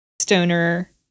stoner